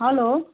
hello